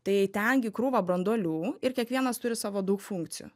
tai ten gi krūva branduolių ir kiekvienas turi savo daug funkcijų